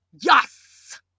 yes